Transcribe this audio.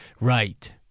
Right